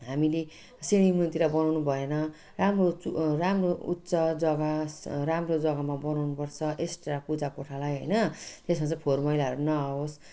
हामीले सिँढीमुनितिर बनाउनु भएन राम्रो राम्रो उच्च जग्गा र राम्रो जग्गामा बनाउनुपर्छ एक्सट्रा पूजाकोठालाई हैन त्यसमा चाहिँ फोहोर मैलाहरू नआओस्